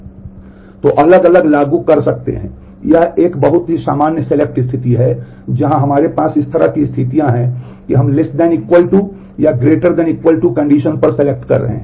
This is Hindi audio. हम अलग अलग लागू कर सकते हैं यह एक बहुत ही सामान्य सेलेक्ट कर रहे हैं